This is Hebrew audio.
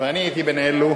אני הייתי בין אלו